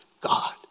God